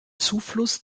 zufluss